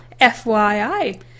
FYI